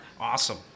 Awesome